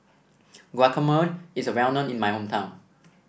guacamole is well known in my hometown